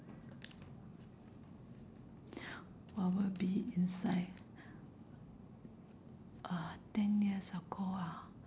what will be inside uh ten years ago ah